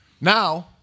Now